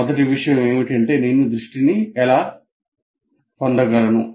మొదటి విషయం ఏమిటంటే నేను దృష్టిని ఎలా పొందగలను